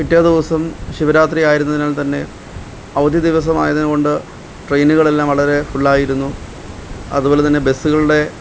പിറ്റേ ദിവസം ശിവരാത്രി ആയിരുന്നതിനാൽ തന്നെ അവധി ദിവസം ആയതുകൊണ്ട് ട്രെയിനുകളെല്ലാം വളരെ ഫുള്ളായിരുന്നു അതുപോലെ തന്നെ ബസുകളുടെ